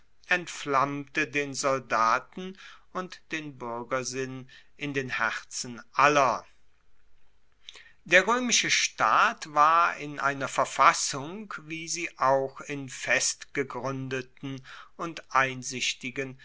entflammte den soldaten und den buergersinn in den herzen aller der roemische staat war in einer verfassung wie sie auch in festgegruendeten und einsichtigen